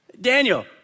Daniel